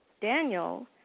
Daniel